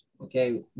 Okay